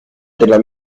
della